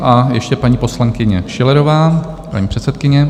A ještě paní poslankyně Schillerová, paní předsedkyně.